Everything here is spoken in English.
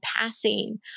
passing